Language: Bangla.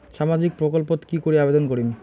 সামাজিক প্রকল্পত কি করি আবেদন করিম?